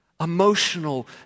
emotional